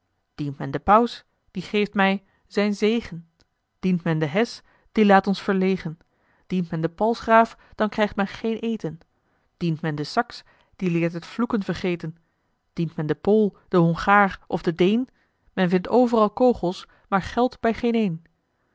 dient men den paus die geeft mij zijn zegen dient men den hes die laat ons verlegen dient men den palzgraaf dan krijgt men geen eten dient men den sax die leert het vloeken vergeten dient men den pool den hongaar of den deen men vindt overal kogels maar geld bij geen